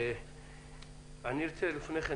לפניכן,